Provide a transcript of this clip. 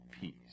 peace